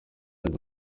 aza